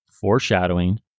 foreshadowing